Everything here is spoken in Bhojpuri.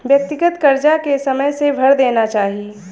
व्यक्तिगत करजा के समय से भर देना चाही